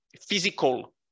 physical